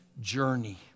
journey